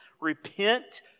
Repent